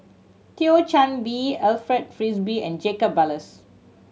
Thio Chan Bee Alfred Frisby and Jacob Ballas